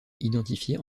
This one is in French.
identifiées